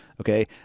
Okay